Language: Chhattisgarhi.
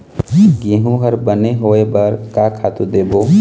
गेहूं हर बने होय बर का खातू देबो?